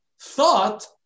thought